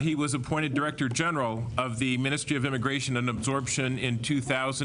הקליטה והתפוצות בכנסת.